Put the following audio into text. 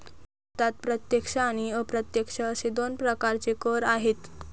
भारतात प्रत्यक्ष आणि अप्रत्यक्ष असे दोन प्रकारचे कर आहेत